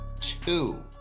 two